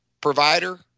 provider